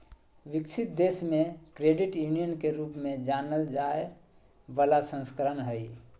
विकसित देश मे क्रेडिट यूनियन के रूप में जानल जाय बला संस्करण हइ